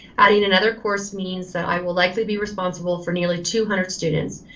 adding another course means that i will likely be responsible for nearly two hundred students,